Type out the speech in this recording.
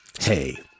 Hey